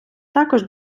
також